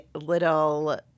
little